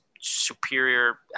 superior